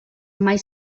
mai